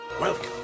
Welcome